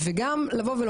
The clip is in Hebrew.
גם אם זה לא